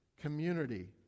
community